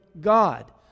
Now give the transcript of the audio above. God